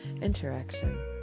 interaction